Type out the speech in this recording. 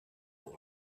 old